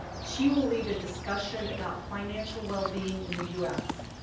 she will lead a discussion about financial wellbeing in the u s.